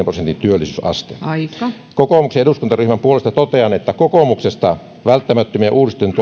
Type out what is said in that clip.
prosentin työllisyysaste kokoomuksen eduskuntaryhmän puolesta totean että kokoomuksesta välttämättömien